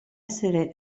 essere